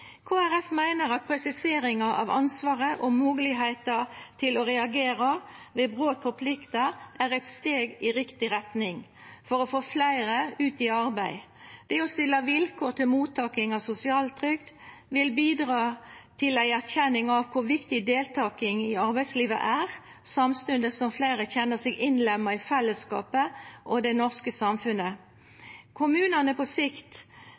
meiner at presiseringa av ansvaret og moglegheita til å reagera ved brot på plikta er eit steg i riktig retning for å få fleire ut i arbeid. Det å stilla vilkår for å gje sosialtrygd vil bidra til ei erkjenning av kor viktig deltaking i arbeidslivet er, samstundes som fleire kjenner seg innlemma i fellesskapet og det norske samfunnet. Kommunane vil på sikt